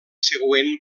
següent